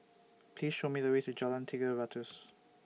Please Show Me The Way to Jalan Tiga Ratus